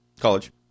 College